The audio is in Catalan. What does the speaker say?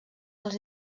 als